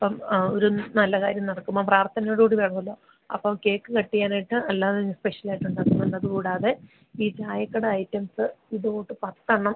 അപ്പം ആ ഒരു നല്ല കാര്യം നടക്കുമ്പം പ്രാർത്ഥനയോടു കൂടി വേണമല്ലോ അപ്പം കേക്ക് കട്ട് ചെയ്യാനായിട്ട് അല്ലാതെ സ്പെഷ്യലായിട്ട് ഉണ്ടാക്കുന്നുണ്ടത് കൂടാതെ ഈ ചായക്കട ഐറ്റംസ് ഇത് കൂട്ട് പത്തെണ്ണം